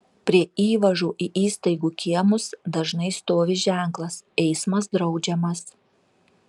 prie įvažų į įstaigų kiemus dažnai stovi ženklas eismas draudžiamas